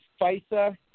FISA